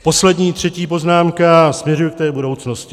Poslední, třetí poznámka směřuje k budoucnosti.